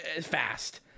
fast